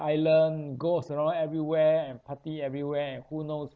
island goes around everywhere and party everywhere and who knows